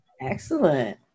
Excellent